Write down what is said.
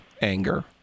anger